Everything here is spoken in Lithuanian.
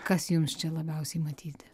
kas jums čia labiausiai matyti